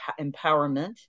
empowerment